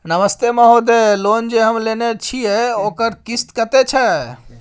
नमस्ते महोदय, लोन जे हम लेने छिये ओकर किस्त कत्ते छै?